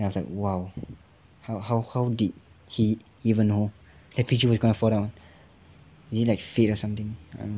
like !wow! how how how did he even know that pichu was going to fall down is it like fate or something I don't know